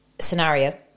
scenario